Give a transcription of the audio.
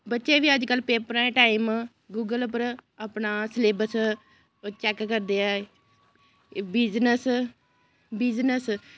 बच्चे बी अज्जकल पेपरां दे टाइम गूगल पर अपना स्लेबस चैक करदे ऐ बिजनस बिजनस